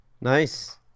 Nice